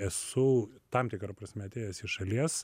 esu tam tikra prasme atėjęs iš šalies